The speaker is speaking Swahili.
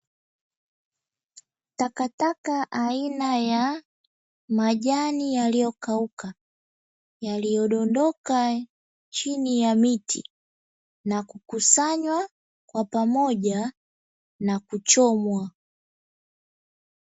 Takataka aina ya majani yaliyokauka yaliyodondoka chini ya miti na kukusanywa kwa pamoja na kuchomwa.